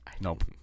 Nope